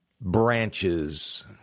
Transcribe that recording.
branches